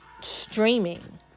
streaming